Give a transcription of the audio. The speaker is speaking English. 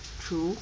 true